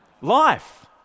life